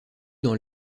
dans